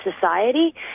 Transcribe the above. society